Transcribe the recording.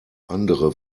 andere